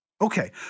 Okay